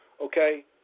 okay